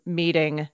meeting